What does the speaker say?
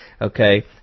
Okay